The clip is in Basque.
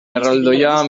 erraldoia